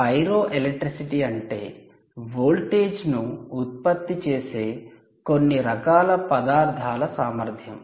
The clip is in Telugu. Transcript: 'పైరోఎలెక్ట్రిసిటీ ' అంటే వోల్టేజ్ను ఉత్పత్తి చేసే కొన్ని రకాల పదార్థాల సామర్థ్యం